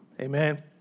Amen